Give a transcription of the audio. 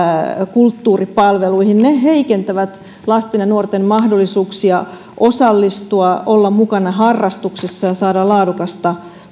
kulttuuripalveluihin heikentävät lasten ja nuorten mahdollisuuksia osallistua olla mukana harrastuksissa ja saada laadukasta